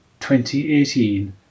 2018